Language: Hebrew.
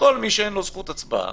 שכל מי שאין לו זכות הצבעה,